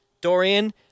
Dorian